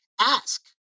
ask